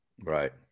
Right